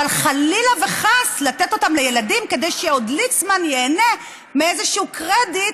אבל חלילה וחס לתת אותם לילדים כדי שליצמן עוד ייהנה מאיזשהו קרדיט